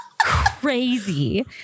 crazy